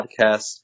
podcast